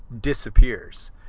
disappears